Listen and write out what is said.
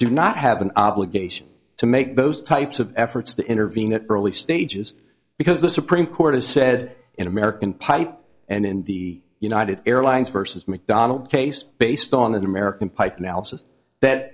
do not have an obligation to make those types of efforts to intervene early stages because the supreme court has said in american pipe and in the united airlines versus macdonnell case based on an american pipe